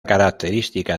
característica